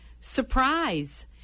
surprise